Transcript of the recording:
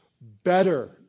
better